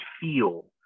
feel